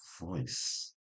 voice